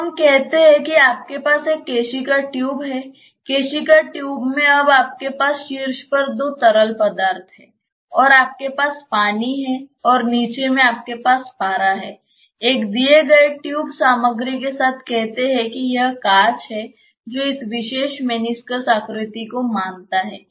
तो हम कहते हैं कि आपके पास एक केशिका ट्यूब है केशिका ट्यूब में अब आपके पास शीर्ष पर दो तरल पदार्थ हैं और आपके पास पानी है और नीचे में आपके पास पारा है एक दिए गए ट्यूब सामग्री के साथ कहते हैं कि यह कांच है जो इस विशेष मेनिस्कस आकृति को मानता है